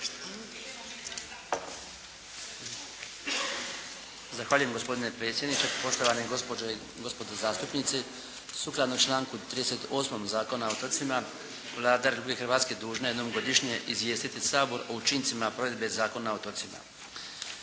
Zahvaljujem gospodine predsjedniče. Poštovane gospođe i gospodo zastupnici, sukladno članku 38. Zakona o otocima Vlada Republike Hrvatske dužna je jednom godišnje izvijestiti Sabor o učincima provedbe Zakona o otocima.